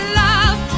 love